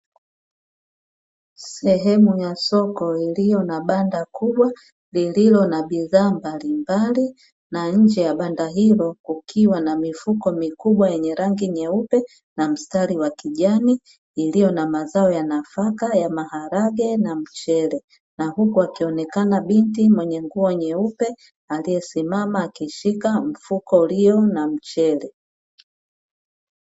Sehemu ya soko iliyo na banda kubwa lililo na bidhaa mbalimbali, na nje ya banda hilo kukiwa na mifuko mikubwa yenye rangi nyeupe na mstari wa kijani iliyo na mazao ya nafaka ya maharage na mchele, na huku akionekana binti mwenye nguo nyeupe aliesimama akishika mfuko ulio na mchele.